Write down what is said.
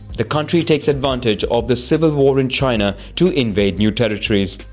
the country takes advantage of the civil war in china to invade new territories.